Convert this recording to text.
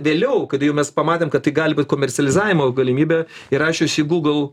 vėliau kada jau mes pamatėm kad tai gali būt komercializavimo galimybė įrašius į google